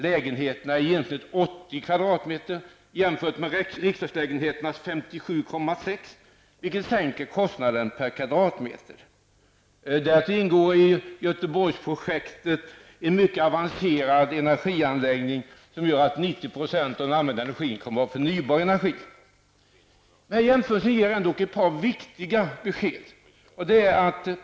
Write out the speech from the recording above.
Lägenheterna är i genomsnitt kvadratmeter. I detta Göteborgsprojekt ingår en mycket avanserad energianläggning, som gör att 90 % av lägenheterna kommer att använda förnybar energi. Jämförelsen ger en ändå ett par viktiga besked.